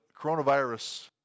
coronavirus